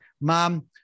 mom